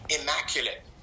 immaculate